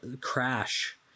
crash